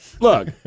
look